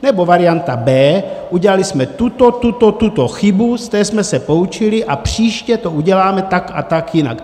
Nebo varianta B, udělali jsme tuto, tuto, tuto chybu, z té jsme se poučili a příště to uděláme tak a tak jinak.